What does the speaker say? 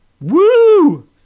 Woo